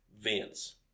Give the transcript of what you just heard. Vince